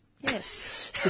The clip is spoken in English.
Yes